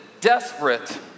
desperate